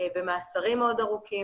במאסרים מאוד ארוכים,